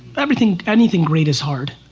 everything, anything great is hard.